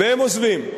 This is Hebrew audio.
והם עוזבים,